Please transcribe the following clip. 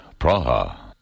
Praha